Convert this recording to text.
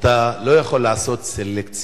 ואתה לא יכול לעשות סלקציה,